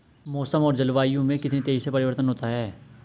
मौसम और जलवायु में कितनी तेजी से परिवर्तन होता है?